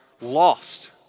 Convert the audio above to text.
lost